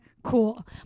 Cool